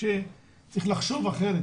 צריך לחשוב אחרת,